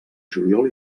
juliol